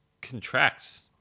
contracts